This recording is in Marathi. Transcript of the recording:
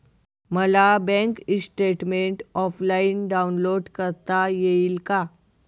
मला बँक स्टेटमेन्ट ऑफलाईन डाउनलोड करता येईल का?